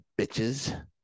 bitches